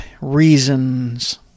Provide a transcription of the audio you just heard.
reasons